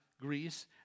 Greece